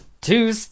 Two